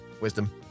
Wisdom